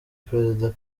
president